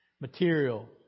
material